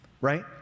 right